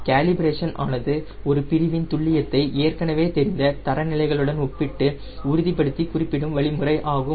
calibration ஆனது ஒரு பிரிவின் துல்லியத்தை ஏற்கனவே தெரிந்த தரநிலைகளுடன் ஒப்பிட்டு உறுதிப்படுத்தி குறிப்பிடும் வழிமுறை ஆகும்